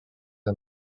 are